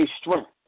strength